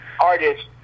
artist